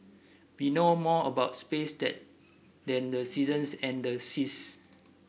we know more about space that than the seasons and the seas